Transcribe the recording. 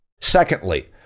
Secondly